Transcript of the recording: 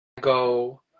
go